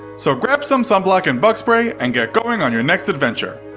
so grab some sunblock and bug spray, and get going on your next adventure.